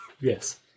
Yes